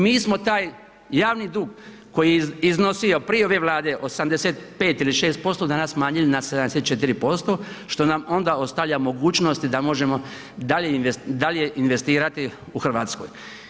Mi smo taj javni dug koji je iznosio prije ove Vlade 85 ili 6% danas smanjili na 74%, što nam onda ostavlja mogućnost da možemo dalje investirati u RH.